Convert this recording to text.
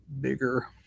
bigger